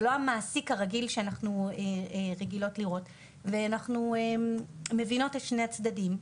זה לא המעסיק הרגיל שאנחנו רגילות לראות ואנחנו מבינות את שני הצדדים.